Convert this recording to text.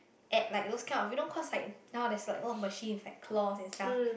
at like those kind of you know cause like now there's like a lot of machine with like claws and stuff